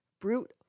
brute